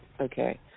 Okay